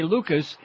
Lucas